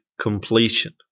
completion